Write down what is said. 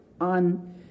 on